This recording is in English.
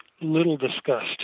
little-discussed